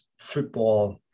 football